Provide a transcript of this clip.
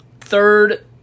Third